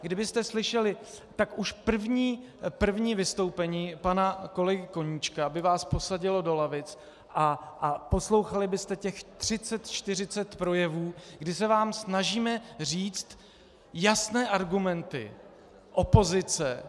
Kdybyste slyšeli, tak už první vystoupení pana kolegy Koníčka by vás posadilo do lavic a poslouchali byste třicet, čtyřicet projevů, kdy se vám snažíme říct jasné argumenty opozice...